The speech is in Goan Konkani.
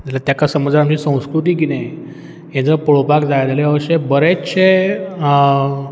जाल्यार तेका समजा आमची संस्कृती कितें हें जर पळोवपाक जाय जाल्यार अशें बरेतशें